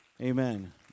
Amen